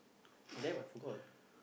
damm I forgot